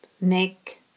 neck